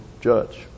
judge